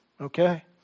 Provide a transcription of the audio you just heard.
okay